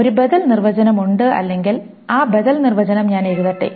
ഒരു ബദൽ നിർവചനം ഉണ്ട് അല്ലെങ്കിൽ ആ ബദൽ നിർവചനം ഞാൻ എഴുതട്ടെ